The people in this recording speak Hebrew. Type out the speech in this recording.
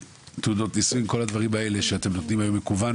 תעודות נישואין וכל הדברים שאתם נותנים מקוון,